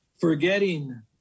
forgetting